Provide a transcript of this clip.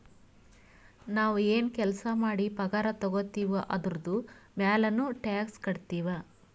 ನಾವ್ ಎನ್ ಕೆಲ್ಸಾ ಮಾಡಿ ಪಗಾರ ತಗೋತಿವ್ ಅದುರ್ದು ಮ್ಯಾಲನೂ ಟ್ಯಾಕ್ಸ್ ಕಟ್ಟತ್ತಿವ್